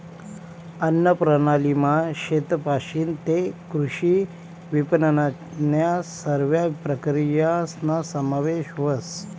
अन्नप्रणालीमा शेतपाशीन तै कृषी विपनननन्या सरव्या प्रक्रियासना समावेश व्हस